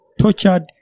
tortured